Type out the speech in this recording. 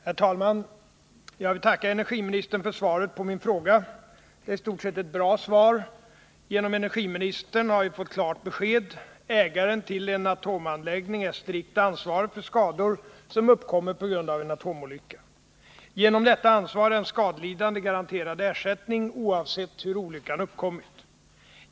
Herr talman! Jag vill tacka energiministern för svaret på min fråga. Det är i stort sett ett bra svar. Genom energiministern har vi fått klart besked: ägaren tillen atomanläggning är strikt ansvarig för skador som uppkommer på grund av en atomolycka. Genom detta ansvar är den skadelidande garanterad ersättning oavsett hur olyckan uppkommit.